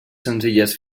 senzilles